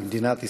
במדינת ישראל.